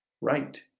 right